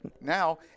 now